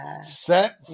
set